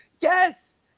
Yes